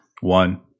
One